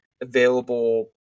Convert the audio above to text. available